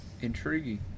Intriguing